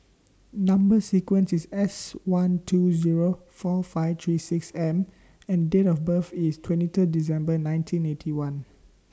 Number sequence IS S one two Zero four five three six M and Date of birth IS twenty Third December nineteen Eighty One